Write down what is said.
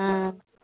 हा